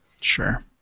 Sure